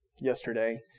yesterday